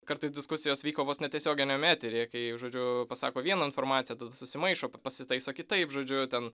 kartais diskusijos vyko vos ne tiesioginiame eteryje kai žodžiu pasako vieną informaciją tad susimaišo pasitaiso kitaip žodžiu ten